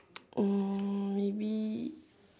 hmm maybe